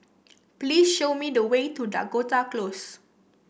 please show me the way to Dakota Close